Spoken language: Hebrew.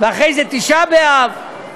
ואחרי זה תשעה באב,